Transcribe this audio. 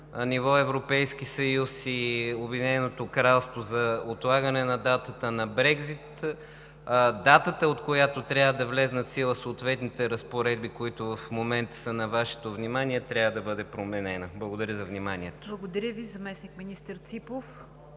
ниво Европейски съюз и Обединеното кралство за отлагане на датата на Брекзит, датата, от която трябва да влязат в сила съответните разпоредби, които в момента са на Вашето внимание, трябва да бъде променена. Благодаря за вниманието. ПРЕДСЕДАТЕЛ НИГЯР ДЖАФЕР: Благодаря Ви, заместник-министър Ципов.